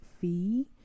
fee